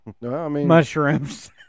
mushrooms